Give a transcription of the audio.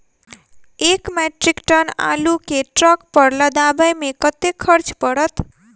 एक metric ton आलु केँ ट्रक पर लदाबै मे कतेक खर्च पड़त?